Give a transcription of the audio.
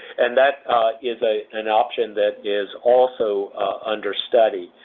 and that is ah an option that is also under study,